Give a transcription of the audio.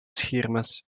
scheermes